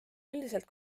üldiselt